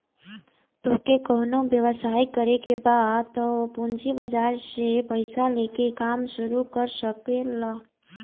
तोहके कवनो व्यवसाय करे के बा तअ पूंजी बाजार से पईसा लेके काम शुरू कर सकेलअ